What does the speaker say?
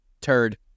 Turd